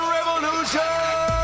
Revolution